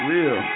Real